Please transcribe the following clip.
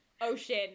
ocean